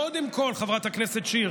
קודם כול, חברת הכנסת שיר,